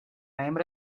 hembra